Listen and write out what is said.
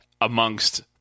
amongst